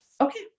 Okay